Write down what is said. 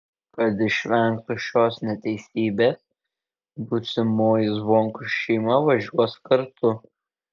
kad išvengtų šios neteisybės būsimoji zvonkų šeima važiuos kartu